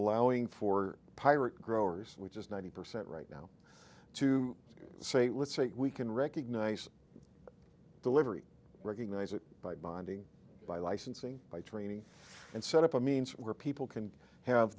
allowing for pirate growers which is ninety percent right now to say what state we can recognize delivery recognize it by bonding by licensing by training and set up a means where people can have